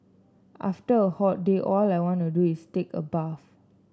after a hot day all I want to do is take a bath